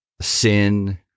sin